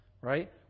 right